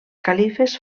califes